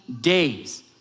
days